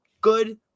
good